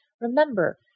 Remember